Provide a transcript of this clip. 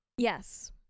Yes